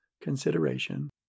consideration